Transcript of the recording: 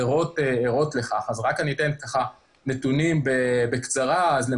ימן לכך שהאיחוד מתכוון להמשיך בצעדים שהוא נוקט